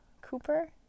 Cooper